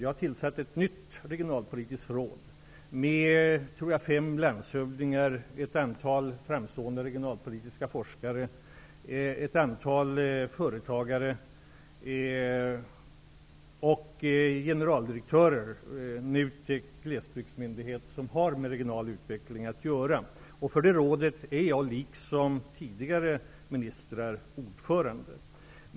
Jag har tillsatt ett nytt regionalpolitiskt råd med fem landshövdingar, ett antal framstående regionalpolitiska forskare, ett antal företagare och generaldirektörer, NUTEK och Glesbygdsmyndigheten, vilka har att arbeta med regional utveckling. För det rådet är jag liksom tidigare ministrar ordförande.